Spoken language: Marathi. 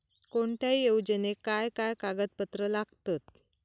कोणत्याही योजनेक काय काय कागदपत्र लागतत?